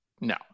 No